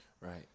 right